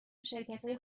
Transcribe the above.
شرکتهای